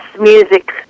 music